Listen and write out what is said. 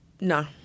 no